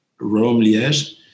Rome-Liège